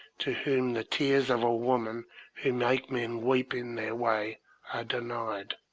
to whom the tears of women who make men weep in their way, are denied.